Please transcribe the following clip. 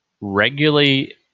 regularly